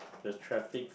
the traffic